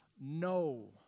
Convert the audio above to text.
No